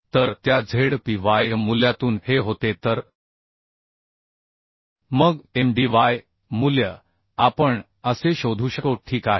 तर त्या z p y मूल्यातून हे होते तर मग m d y मूल्य आपण असे शोधू शकतो ठीक आहे